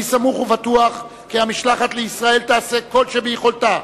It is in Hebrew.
אני סמוך ובטוח כי המשלחת לישראל תעשה כל אשר ביכולתה,